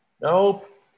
nope